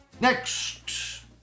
Next